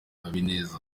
habineza